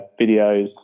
videos